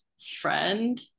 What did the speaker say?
friend